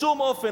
בשום אופן,